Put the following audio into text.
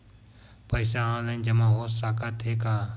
पईसा ऑनलाइन जमा हो साकत हे का?